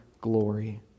glory